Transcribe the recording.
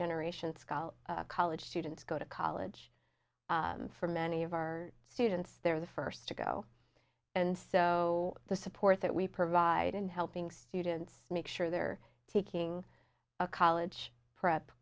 generation scholars college students go to college for many of our students they're the first to go and so the support that we provide in helping students make sure they're taking a college prep